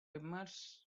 immerse